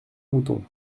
mouton